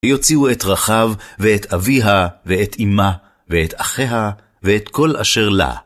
יוצאו את רחב, ואת אביה, ואת אמא, ואת אחיה, ואת כל אשר לה.